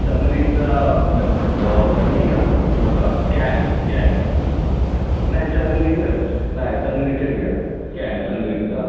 सनरिचचा डब बं बरणी ग्या मोठा कॅन कॅन नाही सनरिचच नाही सनरिचच घ्या कॅन सनरिचचा